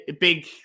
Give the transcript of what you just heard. big